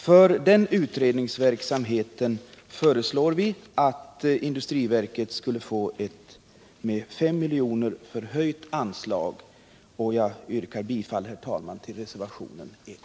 För den utredningsverksamheten föreslår vi att industriverket skall få ett med 5 miljoner förhöjt anslag. Jag yrkar, herr talman, bifall till reservationen 1.